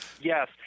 Yes